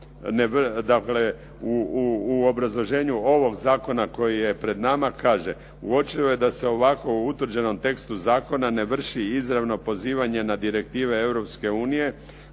u obrazloženju ovog zakona koji je pred nama kaže: “Uočljivo je da se u ovako utvrđenom tekstu zakona ne vrši izravno pozivanje na direktive